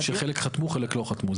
שחלק חתמו וחלק לא חתמו.